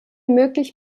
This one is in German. möglich